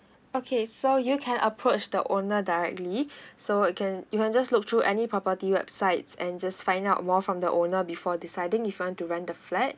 okay so you can approach the owner directly so it can you can just look through any property websites and just find out more from the owner before deciding if you want to rent the flat